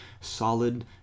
solid